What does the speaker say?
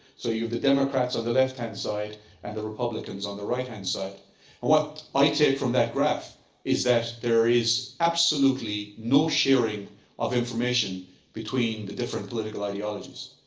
so you have the democrats on the left-hand side and the republicans on the right-hand side. and what i take from that graph is that there is absolutely no sharing of information between the different political ideologies.